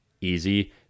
easy